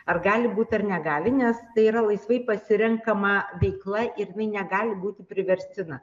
ar gali būt ar negali nes tai yra laisvai pasirenkama veikla ir jinai negali būti priverstina